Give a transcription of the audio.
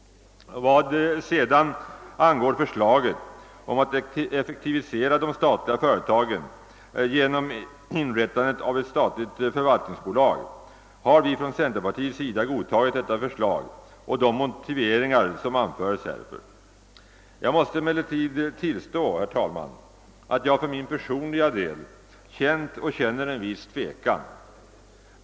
Vad sedan angår förslaget om att effektivisera de statliga företagen genom inrättandet av ett statligt förvaltningsbolag har vi från centerpartiets sida godtagit detta förslag och de motiveringar som anföres härför. Jag måste emellertid tillstå att jag för min personliga del känt och känner en viss tvekan.